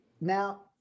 Now